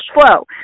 flow